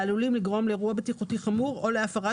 העלולים לגרום לאירוע בטיחותי חמור או להפרה